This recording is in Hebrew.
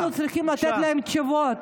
היום היינו צריכים לתת להם תשובות.